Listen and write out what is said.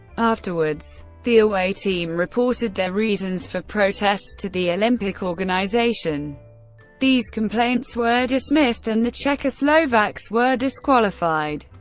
afterwards, the away team reported their reasons for protest to the olympic organisation these complaints were dismissed and the czechoslovaks were disqualified.